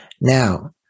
Now